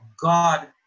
God